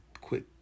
quit